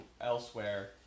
elsewhere